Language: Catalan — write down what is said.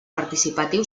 participatiu